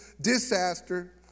disaster